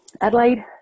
Adelaide